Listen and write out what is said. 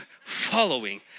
following